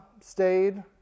stayed